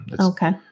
okay